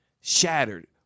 shattered